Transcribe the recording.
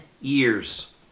years